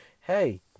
hey